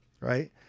Right